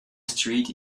street